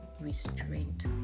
restraint